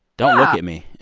don't look at me,